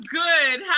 good